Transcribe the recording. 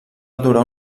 durar